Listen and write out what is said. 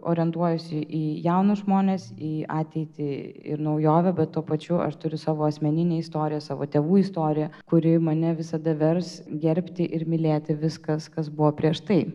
orientuojuosi į jaunus žmones į ateitį ir naujovę bet tuo pačiu aš turiu savo asmeninę istoriją savo tėvų istoriją kuri mane visada vers gerbti ir mylėti viskas kas buvo prieš tai